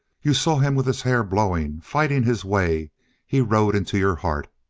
you saw him with his hair blowing, fighting his way he rode into your heart.